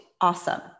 awesome